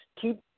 keep